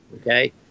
okay